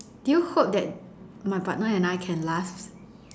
do you hope that my partner and I can last